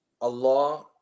Allah